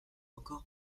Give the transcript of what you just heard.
encore